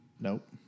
Nope